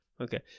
Okay